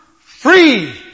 Free